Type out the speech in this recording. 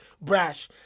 Brash